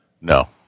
no